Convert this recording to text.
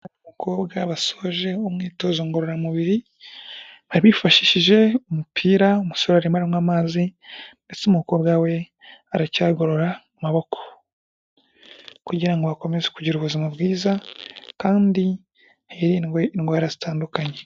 Umukobwa wasoje umwitozo ngororamubiri, abifashishije umupira umusore arimo aranywa amazi ndetse umukobwa we aracyagorora amaboko kugira ngo bakomeze kugira ubuzima bwiza kandi hirindwe indwara zitandukanye.